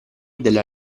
della